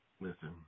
Listen